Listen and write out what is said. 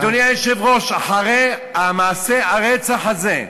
אדוני היושב-ראש, אחרי מעשה הרצח הזה,